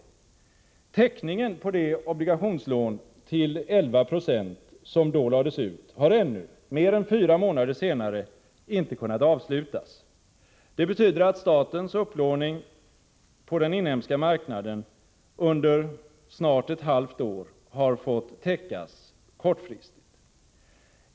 Täckningen på det obligationslån på 1196 som då lades ut har ännu, mer än fyra månader senare, inte kunnat avslutas. Det betyder att statens upplåning på den inhemska marknaden under snart ett halvt år har fått täckas kortfristigt.